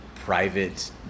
private